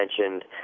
mentioned